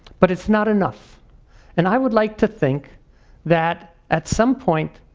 but it's not enough and i would like to think that at some point,